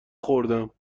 خوردم